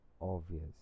obvious